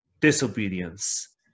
disobedience